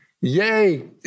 Yay